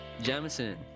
Jamison